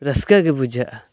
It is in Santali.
ᱨᱟᱹᱥᱠᱟᱹᱜᱮ ᱵᱩᱡᱷᱟᱹᱜᱼᱟ